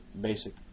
Basic